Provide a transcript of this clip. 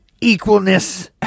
equalness